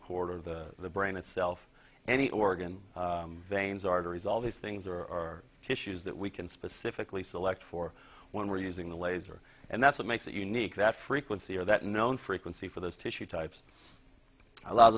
of the brain itself any organ veins arteries all these things are issues that we can specifically select for when we're using the laser and that's what makes it unique that frequency or that known frequency for those tissue types allow